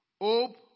hope